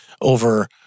over